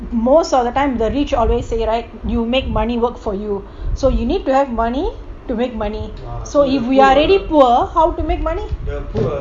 most of the time the rich always say right you make money work for you so you need to have money to make money so if we are already poor how to make money the poor as to uses at certain techniques fragmented